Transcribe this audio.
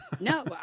No